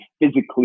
physically